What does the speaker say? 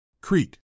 Crete